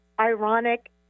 Ironic